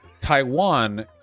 Taiwan